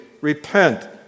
Repent